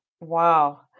Wow